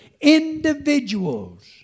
individuals